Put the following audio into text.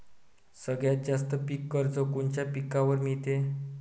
सगळ्यात जास्त पीक कर्ज कोनच्या पिकावर मिळते?